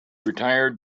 retired